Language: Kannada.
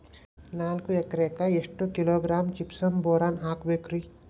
ನಾಲ್ಕು ಎಕರೆಕ್ಕ ಎಷ್ಟು ಕಿಲೋಗ್ರಾಂ ಜಿಪ್ಸಮ್ ಬೋರಾನ್ ಹಾಕಬೇಕು ರಿ?